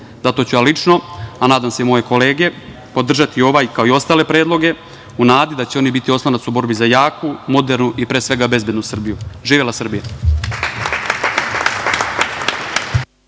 ću ja lično, a nadam se i moje kolege, podržati ovaj, kao i ostale predloge, u nadi da će oni biti oslonac u borbi za jaku, modernu i pre svega bezbednu Srbiju. Živela Srbija!